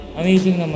amazing